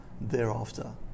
thereafter